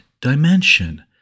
dimension